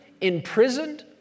imprisoned